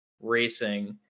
racing